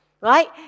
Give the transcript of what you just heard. Right